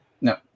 No